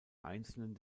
einzelnen